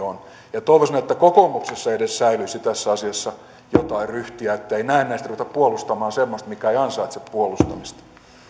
krim on toivoisin että kokoomuksessa edes säilyisi tässä asiassa jotain ryhtiä ettei näennäisesti ruveta puolustamaan semmoista mikä ei ansaitse puolustamista